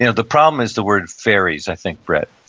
yeah the problem is the word fairies, i think, brett.